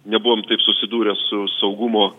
nebuvom taip susidūrę su saugumo